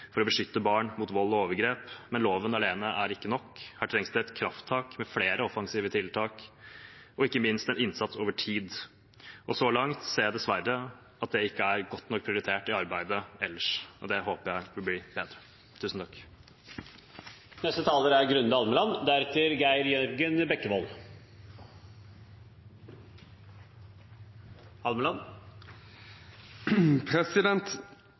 for å beskytte barn mot vold og overgrep. Men loven alene er ikke nok. Her trengs det et krafttak – med flere offensive tiltak og ikke minst innsats over tid – så langt ser jeg dessverre at det ikke er godt nok prioritert i arbeidet ellers, og det håper jeg vil bli bedre.